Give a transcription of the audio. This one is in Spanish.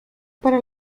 para